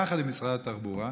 יחד עם משרד התחבורה,